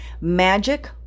Magic